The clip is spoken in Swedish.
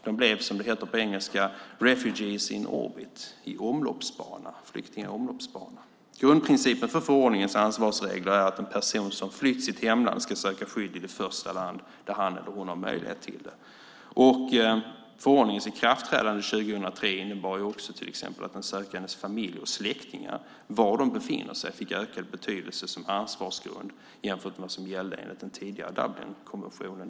De blev som det heter på engelska refugees in orbit , flyktingar i omloppsbana. Grundprincipen för förordningens ansvarsregler är att en person som har flytt sitt hemland ska söka skydd i det första land där han eller hon har möjlighet till det. Förordningens ikraftträdande 2003 innebar också till exempel att var den sökandes familj och släktingar befinner sig fick ökad betydelse som ansvarsgrund jämfört med vad som gällde enligt den tidigare Dublinkonventionen.